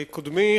קודמי,